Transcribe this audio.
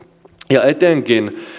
ja etenkin